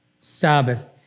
Sabbath